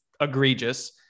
egregious